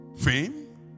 Fame